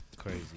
crazy